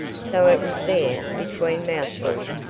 so it was there, between mouthfuls,